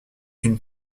une